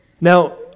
Now